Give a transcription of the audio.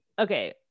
okay